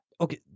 Okay